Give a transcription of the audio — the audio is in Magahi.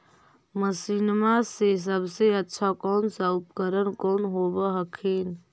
मसिनमा मे सबसे अच्छा कौन सा उपकरण कौन होब हखिन?